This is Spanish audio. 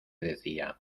decía